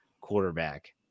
quarterback